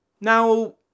Now